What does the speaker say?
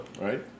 right